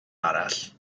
arall